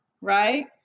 right